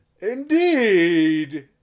Indeed